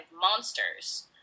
monsters